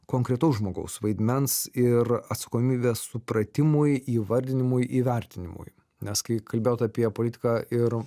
konkretaus žmogaus vaidmens ir atsakomybės supratimui įvardinimui įvertinimui nes kai kalbėjot apie politiką ir